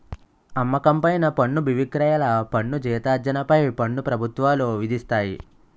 అమ్మకం పైన పన్ను బువిక్రయాల పన్ను జీతార్జన పై పన్ను ప్రభుత్వాలు విధిస్తాయి